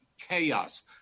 chaos